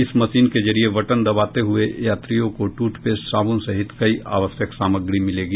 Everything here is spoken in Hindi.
इस मशीन के जरिये बटन दबाते हुये यात्रियों को टूथ पेस्ट साबुन सहित कई आवश्यक सामग्री मिलेगी